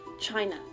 China